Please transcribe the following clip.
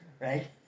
Right